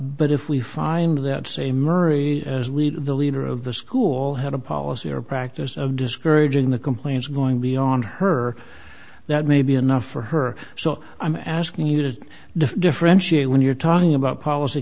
but if we find that say murray as leader the leader of the school had a policy or a practice of discouraging the complaints going beyond her that may be enough for her so i'm asking you to differentiate when you're talking about policy